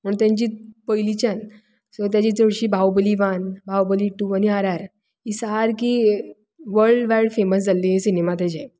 म्हणून तांची पयलीच्यान सो ताजी चडशी बाहुबली वन बाहुबली टू आनी आर आर आर ही सारकीं वल्ड वायड फेमस जाल्लीं सिनेमा ताजे